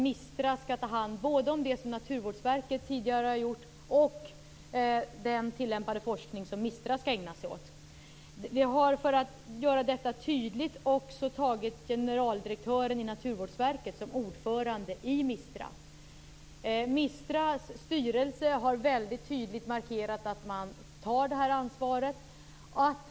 MISTRA skall ta hand om både det som Naturvårdsverket tidigare har gjort och den tillämpade forskning som MISTRA tidigare har och skall ägna sig åt. Vi har för att göra detta tydligt också tagit generaldirektören i Naturvårdsverket som ordförande i MISTRA. MISTRA:s styrelse har väldigt tydligt markerat att den tar detta ansvar.